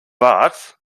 but